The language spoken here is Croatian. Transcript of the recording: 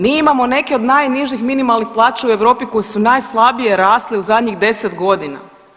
Mi imamo neke od najnižih minimalnih plaća u Europi koje su najslabije rasle u zadnjih 10 godina.